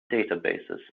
databases